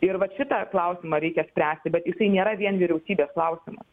ir vat šitą klausimą reikia spręsti bet jisai nėra vien vyriausybės klausimas